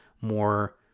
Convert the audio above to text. more